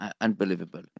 unbelievable